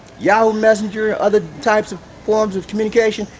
yahoo messenger, other types of, forms of communication,